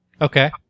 Okay